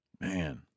man